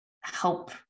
help